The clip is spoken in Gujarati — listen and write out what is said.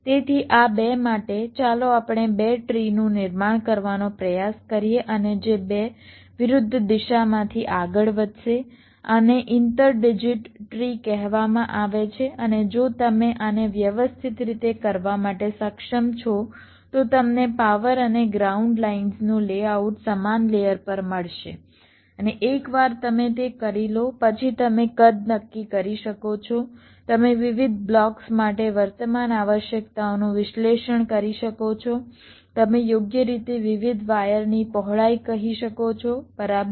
તેથી આ બે માટે ચાલો આપણે બે ટ્રીનું નિર્માણ કરવાનો પ્રયાસ કરીએ અને જે બે વિરુદ્ધ દિશામાંથી આગળ વધશે આને ઇન્ટર ડિજીટ ટ્રી કહેવામાં આવે છે અને જો તમે આને વ્યવસ્થિત રીતે કરવા માટે સક્ષમ છો તો તમને પાવર અને ગ્રાઉન્ડ લાઇન્સનું લેઆઉટ સમાન લેયર પર મળશે અને એકવાર તમે તે કરી લો પછી તમે કદ નક્કી કરી શકો છો તમે વિવિધ બ્લોક્સ માટે વર્તમાન આવશ્યકતાઓનું વિશ્લેષણ કરી શકો છો તમે યોગ્ય રીતે વિવિધ વાયરની પહોળાઈ કહી શકો છો બરાબર